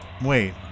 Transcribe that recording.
Wait